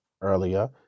earlier